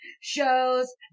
shows